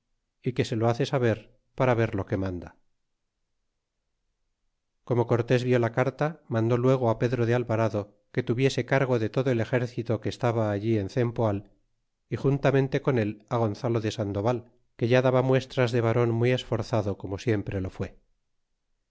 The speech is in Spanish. y que se lo hace saber para wer jo que manda y como cortés vió la carta mandó luego á pedro de alvarado que tuviese cargo de todo el exercito que estaba allí en cempoal y juntamente con él a gonzalo de sandoval que ya daba muestras de varon muy esforzado como siempre lo fué